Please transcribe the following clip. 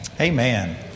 Amen